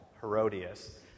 Herodias